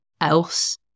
else